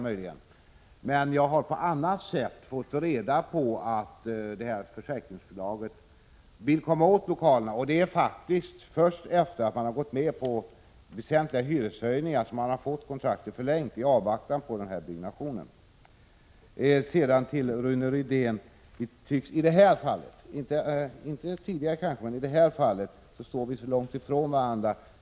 Men jag har på annat sätt fått reda på att försäkringsbolaget vill komma åt lokalerna, och det är först efter det att man gått med på väsentliga hyreshöjningar som kontraktet har förlängts i avvaktan på den aktuella byggnationen. Sedan till Rune Rydén: Vi har tidigare inte stått så långt ifrån varandra, men i det här fallet gör vi det.